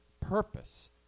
purpose